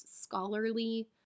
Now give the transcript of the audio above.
scholarly